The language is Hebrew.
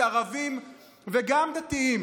ערבים וגם דתיים,